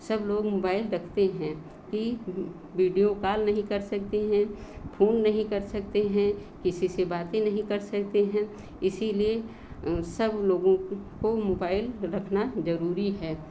सब लोग मोबाइल रखते हैं कि वीडियो कॉल नहीं कर सकते हैं फोन नहीं कर सकते हैं किसी से बाते नहीं कर सकते हैं इसीलिए सब लोगों को मोबाइल रखना ज़रूरी है